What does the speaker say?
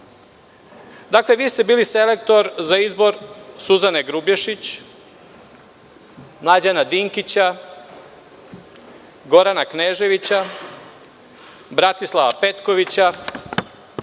Bili ste selektor za izbor Suzane Grubješić, Mladađana Dinkića, Gorana Kneževića, Bratislava Petkovića,